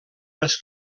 les